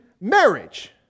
marriage